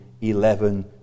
eleven